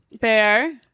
bear